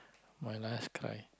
my last cry